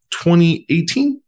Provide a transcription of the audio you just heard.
2018